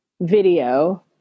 video –